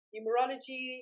Numerology